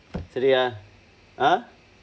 சரி:sari ah ah